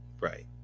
Right